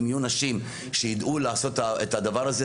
אם יהיו נשים שידעו לעשות את הדבר הזה,